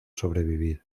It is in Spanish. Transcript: sobrevivir